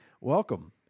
Welcome